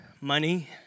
money